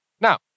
Now